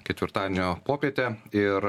ketvirtadienio popietę ir